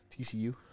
TCU